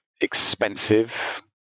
expensive